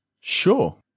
Sure